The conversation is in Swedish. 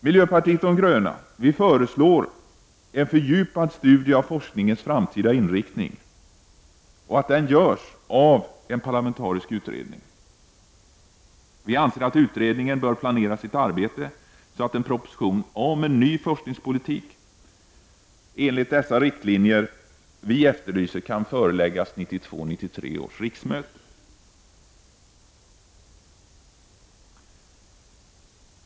Miljöpartiet de gröna föreslår därför att en fördjupad studie av forskningens framtida inriktning görs av en parlamentarisk utredning. Utredningen bör planera sitt arbete så att en proposition om en ny forskningspolitik enligt de efterlysta riktlinjerna kan föreläggas 1992/93 års riksmöte.